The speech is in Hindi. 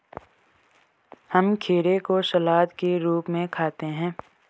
हम खीरे को सलाद के रूप में खाते हैं